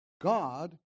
God